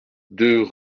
deux